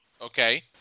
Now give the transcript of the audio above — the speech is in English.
Okay